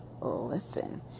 listen